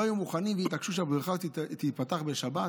לא היו מוכנים והתעקשו שהבריכה הזאת תיפתח בשבת.